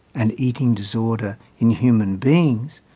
an eating disorder in human beings,